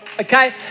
Okay